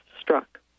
struck